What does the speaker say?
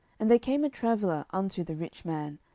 and there came a traveller unto the rich man,